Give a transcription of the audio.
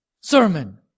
sermon